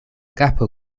kapo